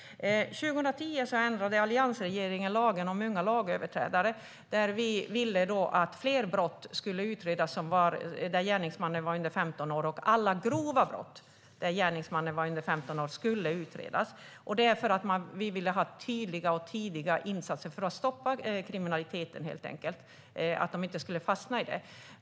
År 2010 ändrade alliansregeringen lagen om unga lagöverträdare. Vi ville att fler brott där gärningsmannen var under 15 år skulle utredas, däribland alla grova brott. Vi gjorde det för att vi helt enkelt ville ha tydliga och tidiga insatser för att stoppa kriminaliteten, så att de unga lagöverträdarna inte skulle fastna i den.